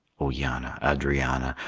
o yanna, adrianna,